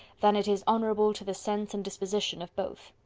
than it is honourable to the sense and disposition of both.